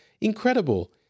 incredible